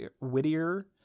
Whittier